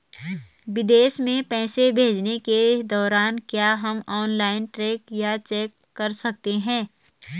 विदेश में पैसे भेजने के दौरान क्या हम ऑनलाइन ट्रैक या चेक कर सकते हैं?